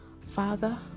father